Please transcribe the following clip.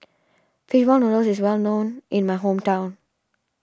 Fish Ball Noodles is well known in my hometown